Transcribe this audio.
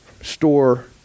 store